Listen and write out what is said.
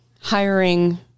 Hiring